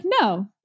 no